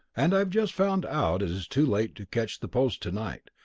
and i have just found out it is too late to catch the post to-night,